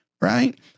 Right